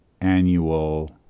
annual